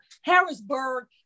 Harrisburg